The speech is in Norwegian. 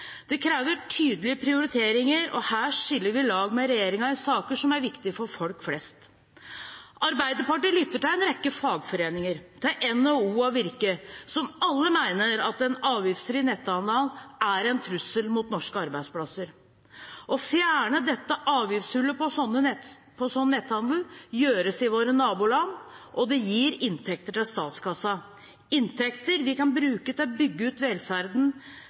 Det krever tydelige prioriteringer, og her skiller vi lag med regjeringen i saker som er viktige for folk flest. Arbeiderpartiet lytter til en rekke fagforeninger, til NHO og Virke, som alle mener at den avgiftsfri netthandelen er en trussel mot norske arbeidsplasser. Å fjerne dette avgiftshullet på slik netthandel gjøres i våre naboland, og det gir inntekter til statskassa, inntekter vi kan bruke til å bygge ut velferden